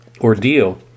ordeal